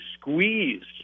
squeezed